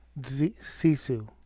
Sisu